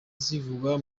zivugwa